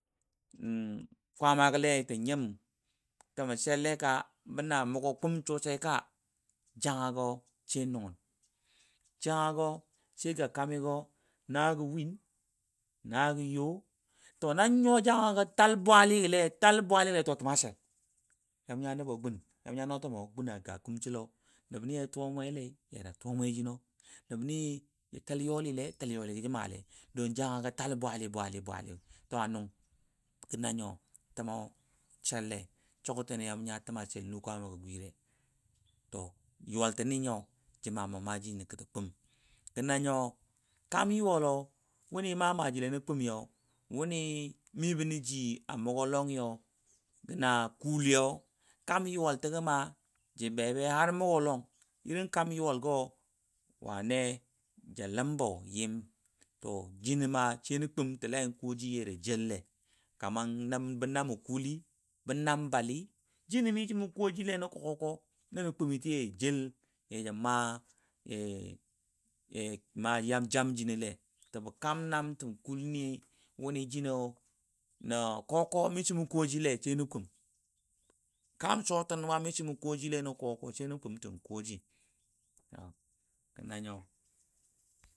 Kwaama lei sən nyem təmɔ selle ka bəna mʊgɔ kʊm sosai. ka janga go she nʊnən sai ma kami go nago win, nago yo, nago taalnan nya janga gɔ tal bwali gə lai təma shel yamʊ nya nəba gun yamʊ nya nɔɔma ma ga kʊm cillo nəbni tuwa mwele yaja tuwa mwemo, nəbni ma yolilai ja təl yɔli go ja male don janga tal bbwali lai təma. shel yamu nya təma shel nu kwamma gwile to yuwal təni nyiu ja mama maaji nə kʊtə kʊm gə nanyo kam yuwalɔ wʊni mamaji le nə kʊmi yau wuni mibə ji alɔi ja na mʊgɔ kʊl lliu kam yuwal təgɔ ma ja bebe har mʊgɔ lɔng irin kam yuwal go wane ja ləmbo yim kamar ma sai nə kʊm səla yaja jelle kajinɔmar bə namɔ kʊli bə nambali jinɔ mishi mʊ koji le nə koko ana nə kʊmi sai da jel yaja ma jamji jino letəbə kam namtən kʊl. ni. jinɔ nə koko mishi mu kuwo jile. kam shotəno ma mishi mʊ koji le koko sai nə kʊm ten. kʊwɔji.